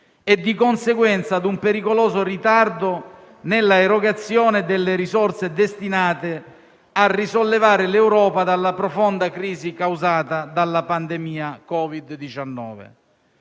e, di conseguenza, ad un pericoloso ritardo nell'erogazione delle risorse destinate a risollevare l'Europa dalla profonda crisi causata dalla pandemia Covid-19.